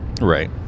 Right